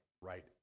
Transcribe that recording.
right